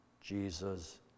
Jesus